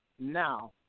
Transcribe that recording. now